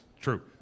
True